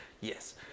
yes